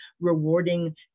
rewarding